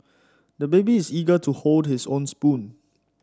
the baby is eager to hold his own spoon